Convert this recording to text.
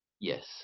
yes